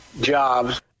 jobs